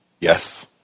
Yes